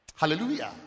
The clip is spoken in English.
Hallelujah